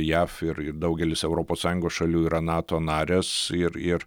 jav ir daugelis europos sąjungos šalių yra nato narės ir ir